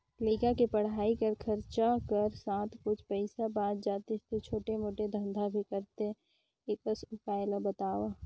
लइका के पढ़ाई कर खरचा कर साथ कुछ पईसा बाच जातिस तो छोटे मोटे धंधा भी करते एकस उपाय ला बताव?